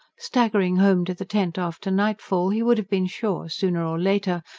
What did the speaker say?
staggering home to the tent after nightfall he would have been sure, sooner or later,